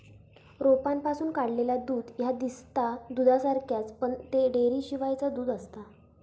रोपांपासून काढलेला दूध ह्या दिसता दुधासारख्याच, पण ता डेअरीशिवायचा दूध आसता